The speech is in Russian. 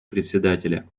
председателя